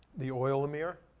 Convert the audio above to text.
the oil amir.